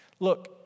Look